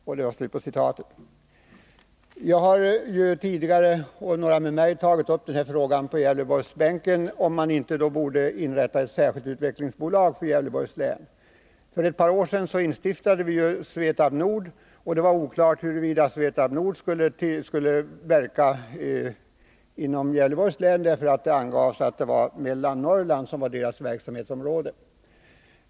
Jag har tidigare tagit upp frågan — och det har även några andra ledamöter på Gävleborgsbänken gjort — om inte ett särskilt utvecklingsbolag borde inrättas för Gävleborgs län. För ett par år sedan instiftades ju Svetab Nord AB. Det var då oklart huruvida Svetab Nord skulle verka inom Gävleborgs län, därför att det angavs att Mellannorrland skulle vara bolagets verksamhetsområde.